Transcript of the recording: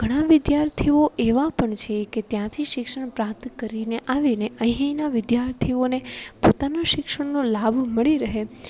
ઘણાં વિદ્યાર્થીઓ એવા પણ છે કે ત્યાંથી શિક્ષણ પ્રાપ્ત કરીને આવીને અહીંના વિધાર્થીઓને પોતાનું શિક્ષણનો લાભ મળી રહે